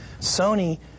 Sony